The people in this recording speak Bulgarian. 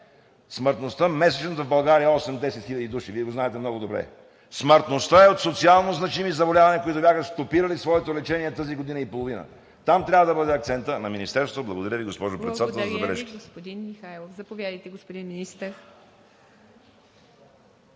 Смъртността месечно в България е 8 – 10 хиляди души, Вие го знаете много добре. Смъртността е от социално значими заболявания, които бяха стопирали своето лечение тази година и половина. Там трябва да бъде акцентът на Министерството. Благодаря Ви, госпожо Председател, за забележките. ПРЕДСЕДАТЕЛ ИВА МИТЕВА: Благодаря Ви, господин Михайлов. Заповядайте, господин Министър.